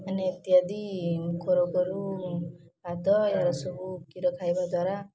ମାନେ ଇତ୍ୟାଦି କରୁ କରୁ ପ୍ରାୟତଃ ଏଗୁଡ଼ା ସବୁ କ୍ଷୀର ଖାଇବା ଦ୍ଵାରା